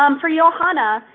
um for yeah johanna,